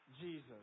Jesus